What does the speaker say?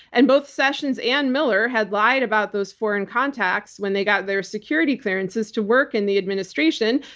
and both sessions and miller had lied about those foreign contacts when they got their security clearances to work in the administration.